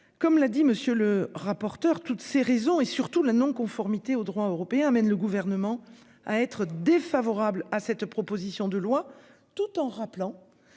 Comme l'a dit monsieur le rapporteur. Toutes ces raisons et surtout la non-conformité au droit européen, amène le gouvernement à être défavorables à cette proposition de loi, tout en rappelant